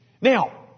Now